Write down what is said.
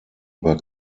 über